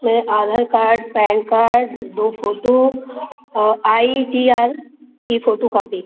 ये Aadhaar card PAN card दो photo और आई टी आर की फ़ोटो कॉपी